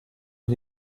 und